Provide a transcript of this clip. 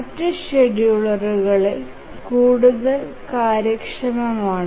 മറ്റ് ഷെഡ്യൂളറുകൾ കൂടുതൽ കാര്യക്ഷമമാണ്